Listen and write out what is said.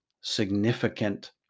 significant